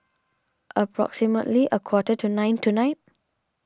approximately a quarter to nine tonight